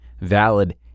valid